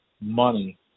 money